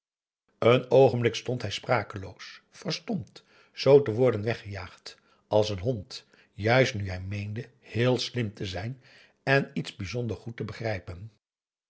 een oogenblik stond hij sprakeloos verstomd z te worden weggejaagd als een hond juist nu hij meende heel slim te zijn en iets bijzonder goed te begrijpen